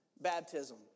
baptism